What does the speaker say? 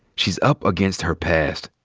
she's up against her past.